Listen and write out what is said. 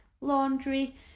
Laundry